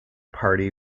party